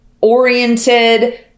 oriented